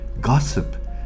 Gossip